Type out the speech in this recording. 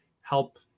help